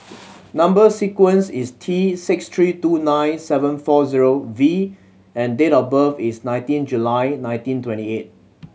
number sequence is T six three two nine seven four zero V and date of birth is nineteen July nineteen twenty eight